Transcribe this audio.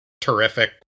terrific